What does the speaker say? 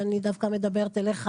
ואני דווקא מדברת אליך,